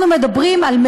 אנחנו מדברים על,